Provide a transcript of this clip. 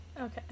Okay